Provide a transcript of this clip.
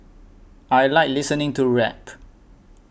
I like listening to rap